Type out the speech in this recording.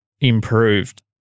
improved